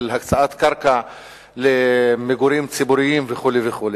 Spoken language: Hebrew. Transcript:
של הקצאת קרקע למגורים ציבוריים וכו' וכו'.